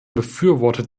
befürwortet